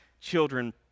children